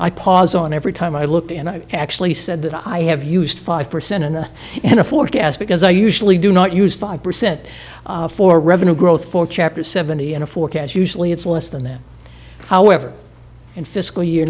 i paused on every time i looked and i actually said that i have used five percent in and a forecast because i usually do not use five percent for revenue growth for chapter seventy and forecasts usually it's less than that however in fiscal year